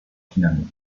finalement